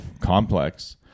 complex